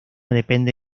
depende